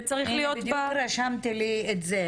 וצריך להיות--- בדיוק רשמתי לי את זה,